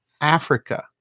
Africa